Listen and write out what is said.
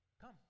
Come